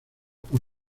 por